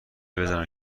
بزنم